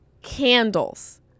candles